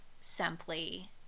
simply